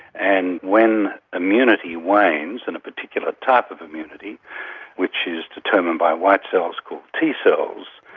and when immunity wanes and a particular type of immunity which is determined by white cells called t cells,